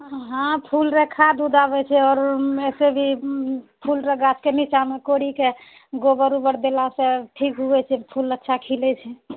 हँ फूल लऽ खाद्य उद्य आबैछै आओर ऐसे भी फूलके गाछके नीचाँमे कोरिके गोबर उबर देलासँ ठीक उगै छै फूल अच्छा खिलए छै